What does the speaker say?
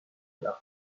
account